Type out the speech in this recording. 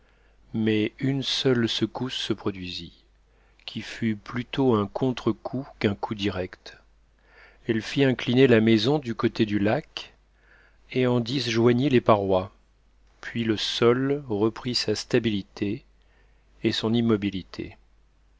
mais une seule secousse se produisit qui fut plutôt un contrecoup qu'un coup direct elle fit incliner la maison du côté du lac et en disjoignit les parois puis le sol reprit sa stabilité et son immobilité